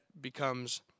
becomes